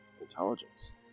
intelligence